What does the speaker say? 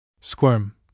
Squirm